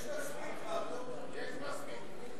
יש כבר מספיק, נו, יש מספיק.